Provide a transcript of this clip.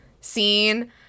scene